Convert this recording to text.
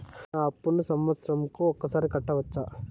నా అప్పును సంవత్సరంకు ఒకసారి కట్టవచ్చా?